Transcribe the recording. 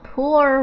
Poor